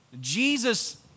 Jesus